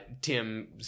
Tim